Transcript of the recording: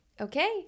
Okay